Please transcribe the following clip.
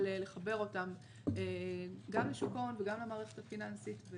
לחבר אותם גם לשוק ההון וגם למערכת הפיננסית.